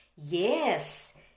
Yes